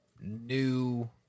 new